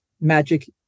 magic